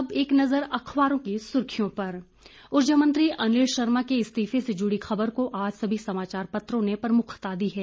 अब एक नज़र अखबारों की सुर्खियों पर ऊर्जा मंत्री अनिल शर्मा के इस्तीफे से जुड़ी ख़बर को आज सभी समाचार पत्रों ने प्रमुखता दी है